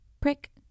Prick